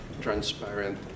transparent